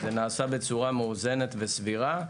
נעשה בצורה מאוזנת וסבירה.